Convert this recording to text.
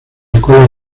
escuelas